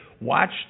Watch